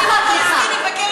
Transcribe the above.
את צריכה להתנגד ל"חמאס".